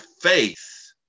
faith